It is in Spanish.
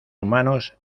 humanos